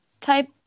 type